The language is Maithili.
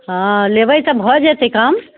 हँ लेबै तऽ भऽ जेतै कम